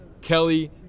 Kelly